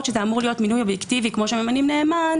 שזה אמור להיות מינוי אובייקטיבי כמו שממנים נאמן,